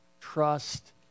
Trust